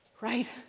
right